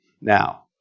now